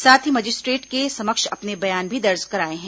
साथ ही मजिस्ट्रेट के समक्ष अपने बयान भी दर्ज कराए हैं